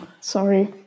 sorry